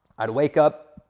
i'd wake up,